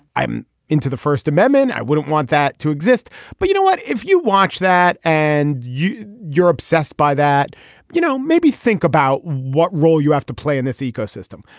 i'm into the first amendment. i wouldn't want that to exist but you know what. if you watch that and you're obsessed by that you know maybe think about what role you have to play in this ecosystem.